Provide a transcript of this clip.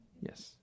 Yes